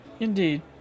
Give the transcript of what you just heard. Indeed